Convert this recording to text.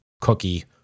cookie